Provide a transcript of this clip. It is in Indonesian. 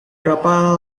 berapa